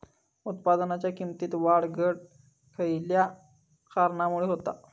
उत्पादनाच्या किमतीत वाढ घट खयल्या कारणामुळे होता?